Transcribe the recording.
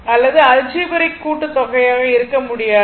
ஆனால் அல்ஜெபிரிக் கூட்டுத்தொகையாக இருக்க முடியாது